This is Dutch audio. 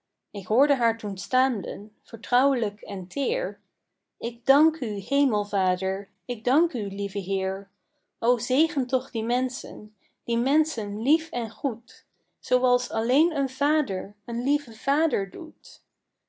hoorde haar toen staam'len vertrouwelijk en teer ik dank u hemelvader ik dank u lieve heer o zegen toch die menschen die menschen lief en goed zooals alleen een vader een lieve vader doet